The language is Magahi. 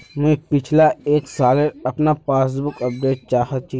मुई पिछला एक सालेर अपना पासबुक अपडेट चाहची?